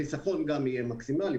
החיסכון גם יהיה מקסימלי.